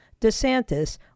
DeSantis